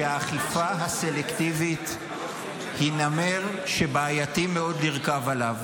שהאכיפה הסלקטיבית היא נמר שבעייתי מאוד לרכוב עליו,